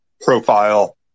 profile